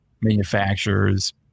manufacturers